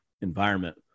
environment